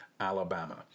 Alabama